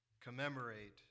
commemorate